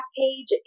page